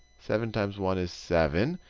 seven times one is seven.